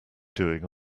doing